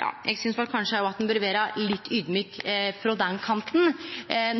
ein kanskje vere litt audmjuk frå den kanten, bl.a.